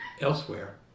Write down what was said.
elsewhere